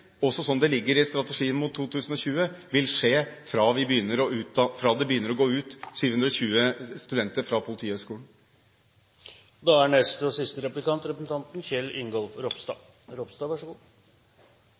også sånn det ligger i strategien mot 2020, vil skje fra det begynner å gå ut 720 studenter fra Politihøgskolen. Jeg er